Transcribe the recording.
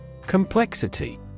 Complexity